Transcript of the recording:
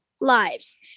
lives